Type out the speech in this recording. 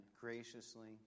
graciously